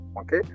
okay